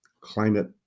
climate